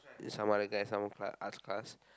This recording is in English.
is some other guy some arts class